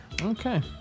Okay